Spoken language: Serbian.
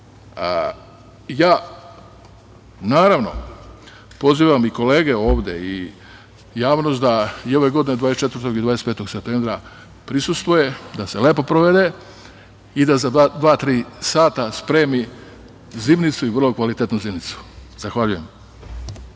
uspešna. Naravno, pozivam i kolege ovde i javnost da ove godine 24. i 25. septembra prisustvuju, da se lepo provedu i da za dva, tri sata spremi vrlo kvalitetnu zimnicu. Zahvaljujem.